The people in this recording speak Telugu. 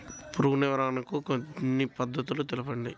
పురుగు నివారణకు కొన్ని పద్ధతులు తెలుపండి?